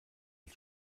als